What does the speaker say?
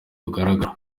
bugaragara